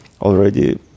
already